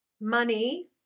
Money